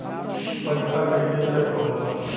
पैसा कइसे चेक होला?